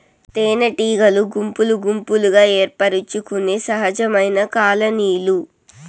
తేనెటీగలు గుంపులు గుంపులుగా ఏర్పరచుకొనే సహజమైన కాలనీలు